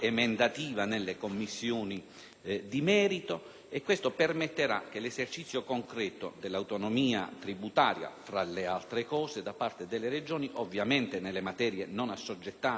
di merito. Ciò permetterà che l'esercizio concreto dell'autonomia tributaria - fra le altre cose - da parte delle Regioni, ovviamente nelle materie non assoggettate alla competenza dello Stato,